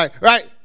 right